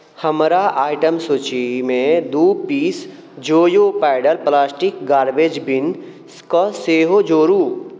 हमरा आइटम सूचीमे दू पीस जोयो पेडल प्लास्टिक गारबेज बिन स् केँ सेहो जोड़ू